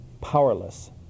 powerless